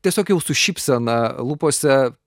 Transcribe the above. tiesiog jau su šypsena lūpose